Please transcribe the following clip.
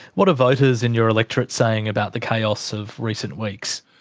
what are voters in your electorate saying about the chaos of recent weeks?